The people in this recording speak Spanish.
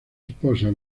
esposa